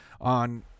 on